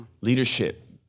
leadership